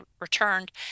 returned